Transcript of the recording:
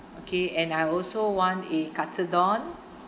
okay and I also want a katsu don